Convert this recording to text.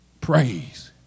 Praise